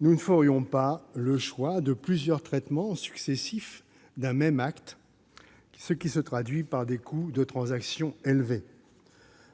nous ne ferions pas le choix de plusieurs traitements successifs d'un même acte, ce qui se traduit par des coûts de transaction élevés ;